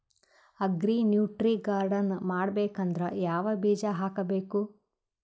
Agri nutri garden ಮಾಡಬೇಕಂದ್ರ ಯಾವ ಬೀಜ ಹಾಕಬೇಕು?